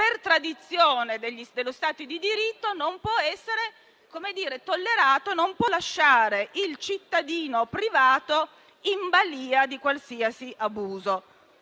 per tradizione dello Stato di diritto, non può essere tollerato e non può lasciare il cittadino privato in balia di qualsiasi abuso.